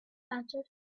answered